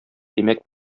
димәк